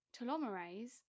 telomerase